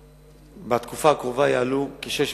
בתקופה הקרובה יעלו כ-600